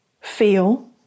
feel